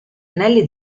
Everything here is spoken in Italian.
anelli